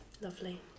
Lovely